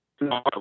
No